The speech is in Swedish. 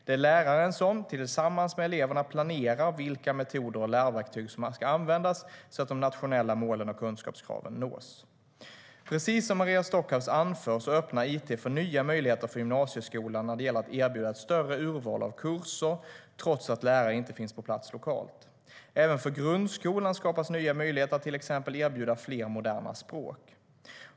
Det är läraren som tillsammans med eleverna planerar vilka metoder och lärverktyg som ska användas så att de nationella målen och kunskapskraven nås. Precis som Maria Stockhaus anför öppnar it för nya möjligheter för gymnasieskolan när det gäller att erbjuda ett större urval av kurser trots att lärare inte finns på plats lokalt. Även för grundskolan skapas nya möjligheter att till exempel erbjuda fler moderna språk.